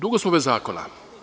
Dugo smo bez zakona.